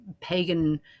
pagan